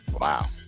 Wow